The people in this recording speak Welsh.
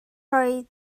roi